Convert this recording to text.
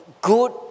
good